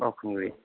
बावखुंग्रि